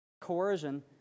coercion